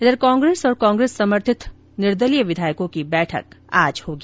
इधर कांग्रेस और कांग्रेस समर्थित निर्दलीय विधायकों की बैठक आज होगी